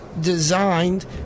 designed